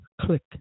click